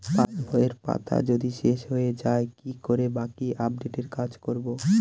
পাসবইয়ের পাতা যদি শেষ হয়ে য়ায় কি করে বাকী আপডেটের কাজ করব?